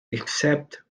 except